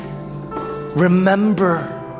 remember